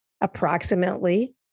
approximately